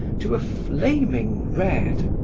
to a flaming red.